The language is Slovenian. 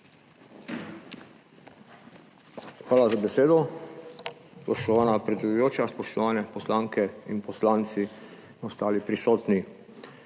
Hvala za besedo, spoštovana predsedujoča. Spoštovane poslanke, poslanci in ostali prisotni!